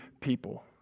people